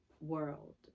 world